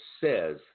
says